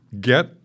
get